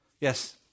Yes